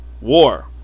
War